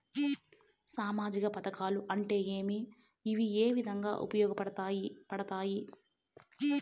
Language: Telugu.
సామాజిక పథకాలు అంటే ఏమి? ఇవి ఏ విధంగా ఉపయోగపడతాయి పడతాయి?